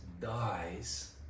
dies